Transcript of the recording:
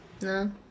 no